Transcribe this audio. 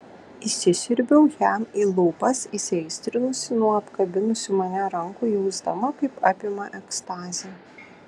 įsisiurbiau jam į lūpas įsiaistrinusi nuo apkabinusių mane rankų jausdama kaip apima ekstazė